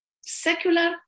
secular